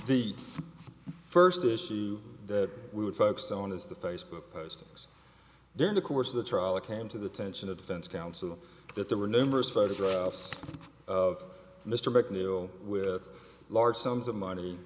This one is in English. the first issue that we would focus on is the facebook postings during the course of the trial it came to the tension of the fence counsel that there were numerous photographs of mr mcneill with large sums of